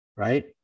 Right